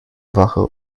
wache